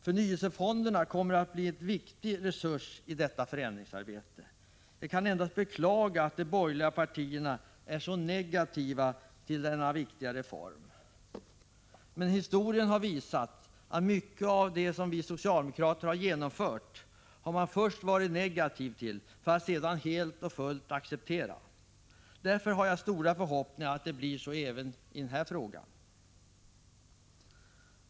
Förnyelsefonderna kommer att bli en betydelsefull resurs i detta förändringsarbete, och jag kan endast beklaga att de borgerliga partierna är så negativa till denna viktiga reform. Men historien har visat, att mycket av det som vi socialdemokrater har genomfört har ni först varit negativa till, för att sedan helt och fullt acceptera. Därför har jag stora förhoppningar om att det blir så även i denna fråga.